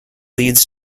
leads